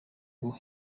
ngo